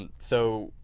and so,